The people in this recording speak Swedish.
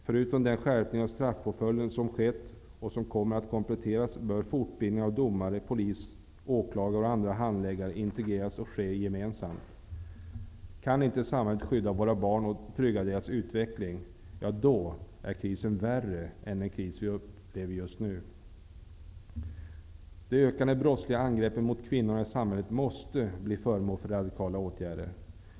Förutom den skärpning av straffpåföljden som skett och som kommer att kompletteras, bör fortbildning av domare, polis, åklagare och andra handläggare integreras och ske gemensamt. Kan inte samhället skydda våra barn och trygga deras utveckling, är krisen värre än den kris vi upplever just nu. Det ökande antalet brottsliga angrepp mot kvinnorna i samhället måste bli föremål för radikala åtgärder.